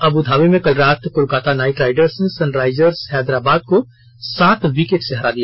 Abu Dhabi में कल रात कोलकाता नाइट राइडर्स ने सनराइजर्स हैदराबाद को सात विकेट से हरा दिया